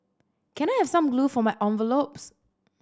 can I have some glue for my envelopes